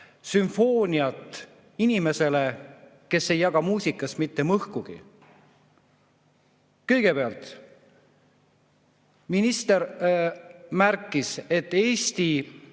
sümfooniat inimesele, kes ei jaga muusikast mitte mõhkugi? Kõigepealt minister märkis, et Eesti